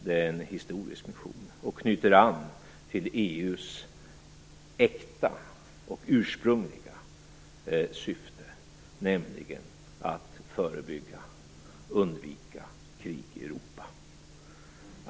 Det är en historisk mission som knyter an till EU:s äkta och ursprungliga syfte, nämligen att förebygga och undvika krig i Europa.